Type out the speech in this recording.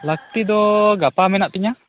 ᱞᱟᱹᱠᱛᱤ ᱫᱚ ᱜᱟᱯᱟ ᱢᱮᱱᱟᱜ ᱛᱤᱧᱟᱹ